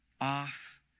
off